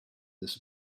this